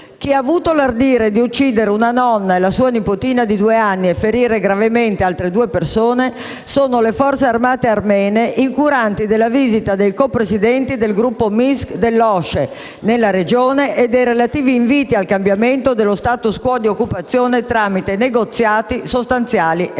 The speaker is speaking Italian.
Chi ha avuto l'ardire di uccidere una nonna e la sua nipotina di due anni e ferire gravemente altre due persone sono le forze armate armene, incuranti della visita dei co-presidenti del gruppo di Minsk dell'OSCE nella regione e dei relativi inviti al cambiamento dello *status quo* di occupazione tramite negoziati sostanziali e seri.